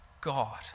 God